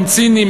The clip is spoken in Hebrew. הם ציניים,